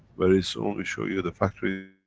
very soon we show you the factories.